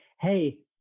hey